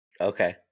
okay